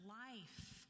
life